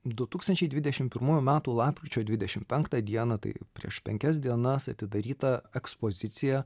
du tūkstančiai dvidešim pirmųjų metų lapkričio dvidešim penktą dieną tai prieš penkias dienas atidaryta ekspozicija